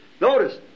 Notice